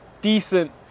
decent